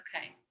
okay